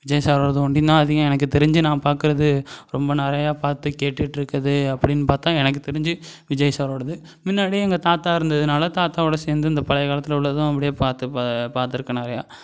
விஜய் சாரோடது ஒண்டியுந்தான் அதிகம் எனக்கு தெரிஞ்சு நான் பார்க்கறது ரொம்ப நிறையா பார்த்து கேட்டுகிட்ருக்கது அப்படின்னு பார்த்தா எனக்கு தெரிஞ்சு விஜய் சாரோடது முன்னாடி எங்கள் தாத்தா இருந்ததனால தாத்தாவோட சேர்ந்து இந்த பழைய காலத்தில் உள்ளதும் அப்படியே பார்த்து பா பார்த்துருக்கேன் நிறையா